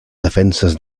defenses